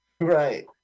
Right